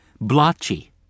Blotchy